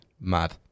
Mad